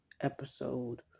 episode